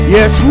Yes